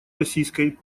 российской